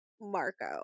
Marco